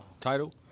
Title